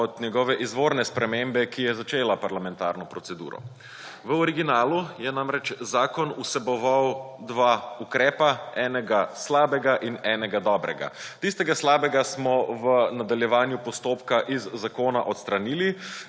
od njegove izvorne spremembe, ki je začela parlamentarno proceduro. V originalu je namreč zakon vseboval dva ukrepa, enega slabega in enega dobrega. Tistega slabega smo v nadaljevanju postopka iz zakona odstranili